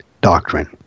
doctrine